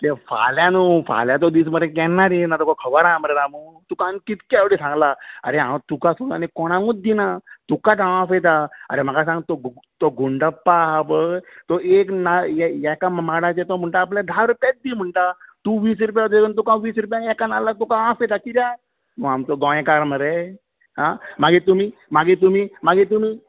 फाल्यां न्हय फाल्यांचो दीस मरे केन्नाच येना तुका खबर आसा मरे रामू तुका हांवे कितके फावटी सांगलां आरे हांव तुका सोडून आनी कोणाकूच दिना तुकाच हांव आपयतां आरे म्हाका सांग तो गुंडप्पा आसा पळय तो एक नाल्ल एका माडाचे तो म्हणटा आपणाक धा रुप्याच दी म्हणटा तूं वीस रुप्या घेवन तुका हांव वीस रुप्यान एका नाल्लाक तुका हांव आपयतां कित्याक तूं आमचो गोंयकार मरे मागीर तुमी मागीर तुमी मागीर तुमी